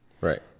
Right